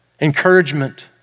Encouragement